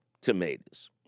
tomatoes